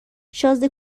شازده